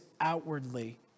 outwardly